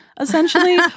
essentially